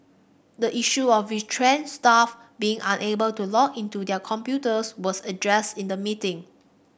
the issue of retrenched staff being unable to log into their computers was addressed in the meeting